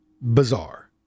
bizarre